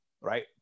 right